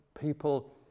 people